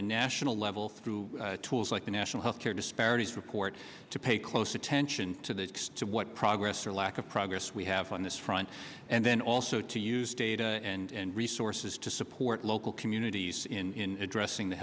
a national level through tools like the national health care disparities report to pay close attention to the text to what progress or lack of progress we have on this front and then also to use data and resources to support local communities in addressing the